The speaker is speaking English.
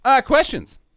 Questions